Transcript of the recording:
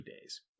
days